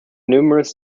numerous